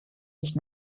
nicht